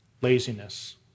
laziness